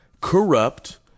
corrupt